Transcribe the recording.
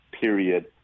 period